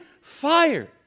fire